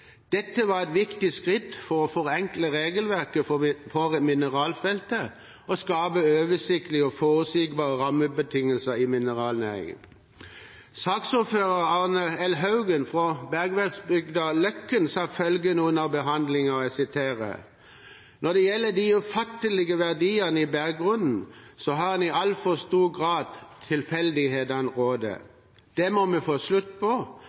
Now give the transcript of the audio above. Dette var et viktig skritt for å forenkle regelverket på mineralfeltet og skape oversiktlige og forutsigbare rammebetingelser i mineralnæringen. Saksordfører Arne L. Haugen fra bergverksbygda Løkken sa den gangen: «Når det gjelder de ufattelige verdiene i berggrunnen, så har i altfor stor grad tilfeldighetene rådet. Det må vi få slutt på.